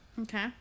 Okay